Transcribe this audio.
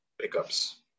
pickups